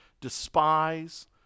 despise